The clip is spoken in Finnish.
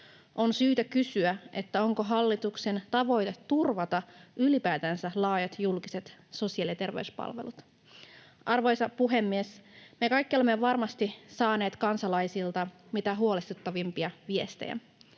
On syytä kysyä: onko hallituksen tavoite ylipäätänsä turvata laajat julkiset sosiaali- ja terveyspalvelut? Arvoisa puhemies! Me kaikki olemme varmasti saaneet kansalaisilta mitä huolestuttavimpia viestejä.